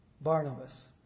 Barnabas